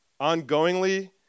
ongoingly